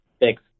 thanks